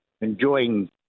enjoying